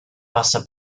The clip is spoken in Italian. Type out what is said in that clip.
passa